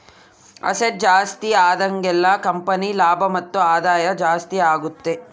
asset ಜಾಸ್ತಿ ಆದಾಗೆಲ್ಲ company ಲಾಭ ಮತ್ತು ಆದಾಯ ಜಾಸ್ತಿ ಆಗುತ್ತೆ